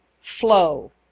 flow